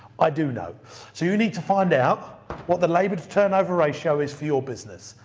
i do know. so you need to find out what the labor to turnover ratio is for your business.